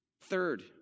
Third